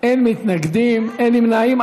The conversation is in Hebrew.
אין מתנגדים, אין נמנעים.